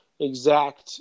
exact